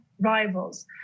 rivals